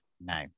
No